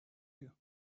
you